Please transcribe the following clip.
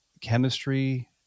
chemistry